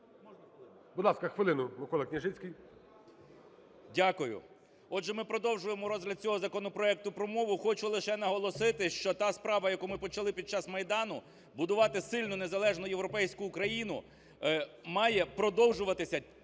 Дякую. Отже, ми продовжуємо розгляд цього законопроекту про мову. Хочу лише наголосити, що та справа, яку ми почали під час Майдану: будувати сильну, незалежну, європейську Україну, – має продовжуватися